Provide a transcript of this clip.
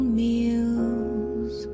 meals